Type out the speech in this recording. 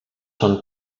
són